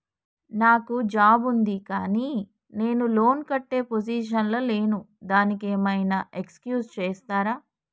నాకు జాబ్ ఉంది కానీ నేను లోన్ కట్టే పొజిషన్ లా లేను దానికి ఏం ఐనా ఎక్స్క్యూజ్ చేస్తరా?